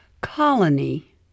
Colony